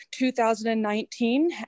2019